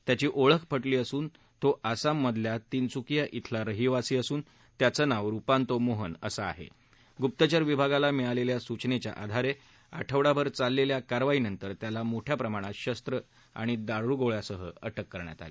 त्याची ओळख पटली असून ती आसाममधील तिनसुकिया इथल्या रहिवासी असून त्याच नावं रुपांतो मोहन असं आहगुप्तचर विभागाला मिळालखी सूवनच्या आधारखीठवडाभर चाललखी कारवाईनंतर त्याला मोठ्या प्रमाणात शस्त्रं आणि दारुगोळ्यासह अटक करण्यात आली